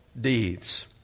deeds